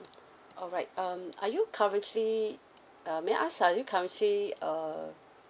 alright um are you currently uh may I ask are you currently err